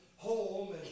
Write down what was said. home